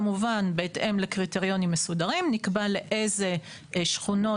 כמובן בהתאם לקריטריונים מסודרים נקבע לאיזה שכונות,